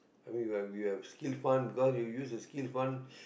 I mean we have we have skill fund because we use the skill fund